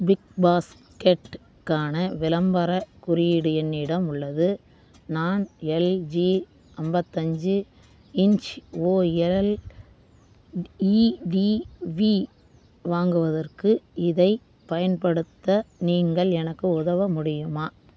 பிக்பாஸ்கெட்டுக்கான விளம்பரக் குறியீடு என்னிடம் உள்ளது நான் எல்ஜி ஐம்பத்தஞ்சி இன்ச் ஓஎல்இடிவி வாங்குவதற்கு இதைப் பயன்படுத்த நீங்கள் எனக்கு உதவ முடியுமா